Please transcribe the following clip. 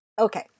Okay